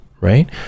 right